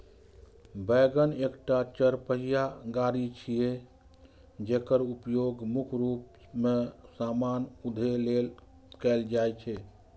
wagon एकटा चरपहिया गाड़ी छियै, जेकर उपयोग मुख्य रूप मे सामान उघै लेल कैल जाइ छै